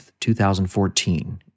2014